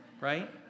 right